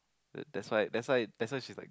that's why that's why that's why she's like